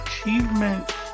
achievement